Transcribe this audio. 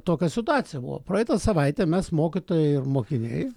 tokia situacija buvo praeitą savaitę mes mokytojai ir mokiniai